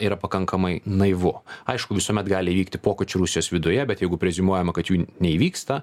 yra pakankamai naivu aišku visuomet gali įvykti pokyčių rusijos viduje bet jeigu preziumuojama kad jų neįvyksta